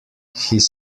his